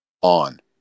on